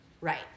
Right